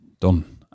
Done